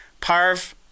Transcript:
Parv